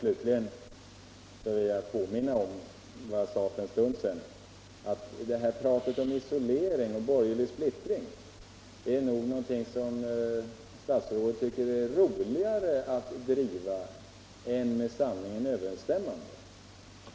Slutligen vill jag påminna om vad jag sade för en stund sedan, nämligen att det här pratet om isolering och borgerlig splittring nog är mera nöjsamt för statsrådet än med sanningen överensstämmande.